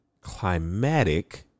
climatic